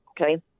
Okay